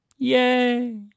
Yay